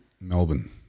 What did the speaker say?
Melbourne